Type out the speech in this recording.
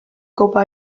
copa